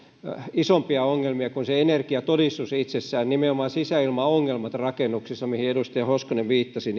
isompia ongelmia kuin se energiatodistus itsessään nimenomaan sisäilmaongelmien ratkaisemiseksi rakennuksissa mihin edustaja hoskonen viittasi